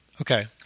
Okay